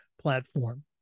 platform